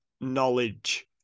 knowledge